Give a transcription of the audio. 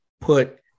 put